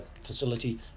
facility